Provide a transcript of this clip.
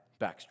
backstroke